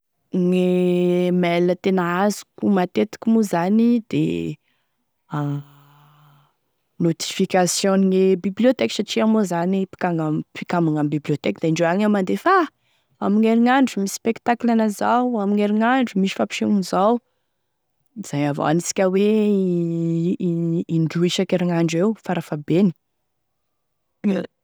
Gne mail tena azoko matetika moa zany de notificationgne bibliothèque satria moa zany e mpika- mpikambagny ame bibliothèque da indreo agny zany mandefa a amin'ny herignandro misy spectacle ana zao, amin'ny herignandro misy fampisehoan'izao, izay avao anisika hoe in- indroy isankerinandro eo farafabeny.